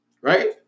Right